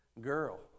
girl